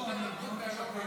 ראש האופוזיציה שלכם.